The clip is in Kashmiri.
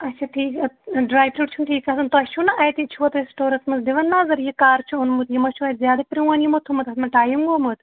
اچھا ٹھیٖک ڈرٛاے فرٛوٗٹ چھُنہٕ ٹھیٖک گژھان تۄہہِ چھُو نا اَتہِ چھُوا تُہۍ سِٹورَس منٛز دِوَان نظر یہِ کَر چھُ اوٚنمُت یِمو چھُ اَتہِ زیادٕ پرٛون یِمو تھوٚمُت اَتھ منٛز ٹایم گوٚمُت